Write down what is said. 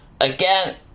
again